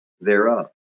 thereof